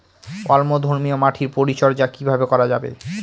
অম্লধর্মীয় মাটির পরিচর্যা কিভাবে করা যাবে?